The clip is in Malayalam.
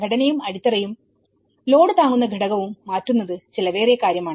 ഘടനയും അടിത്തറയുംലോഡ് താങ്ങുന്ന ഘടകവും മാറ്റുന്നത് ചിലവേറിയ കാര്യമാണ്